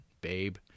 Babe